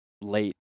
late